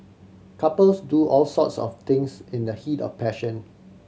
couples do all sorts of things in the heat of passion